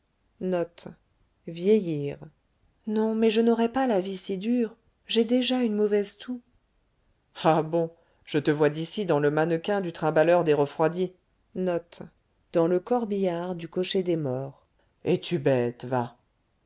non mais je n'aurai pas la vie si dure j'ai déjà une mauvaise toux ah bon je te vois d'ici dans le mannequin du trimbaleur des refroidis es-tu bête va